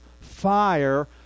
fire